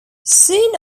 soon